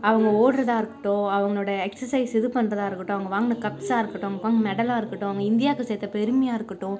அவங்க ஓடறதாக இருக்கட்டும் அவங்களோட எக்சர்சைஸ் இது பண்றதாக இருக்கட்டும் அவங்க வாங்கின கப்ஸாக இருக்கட்டும் அவங்க வாங்கின மெடலாக இருக்கட்டும் அவங்க இந்தியாவுக்கு சேர்த்த பெருமையாக இருக்கட்டும்